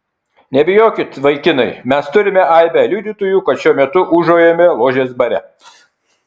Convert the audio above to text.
nebijokit vaikinai mes turime aibę liudytojų kad šiuo metu ūžaujame ložės bare